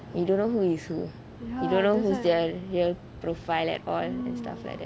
you don't know who is who you don't know who is their real profile and all and stuff like that